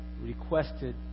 requested